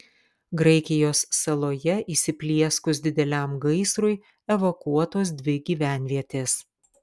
graikijos saloje įsiplieskus dideliam gaisrui evakuotos dvi gyvenvietės